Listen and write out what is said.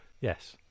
yes